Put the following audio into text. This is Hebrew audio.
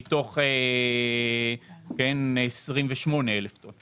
מתוך 28,000 טון.